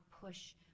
push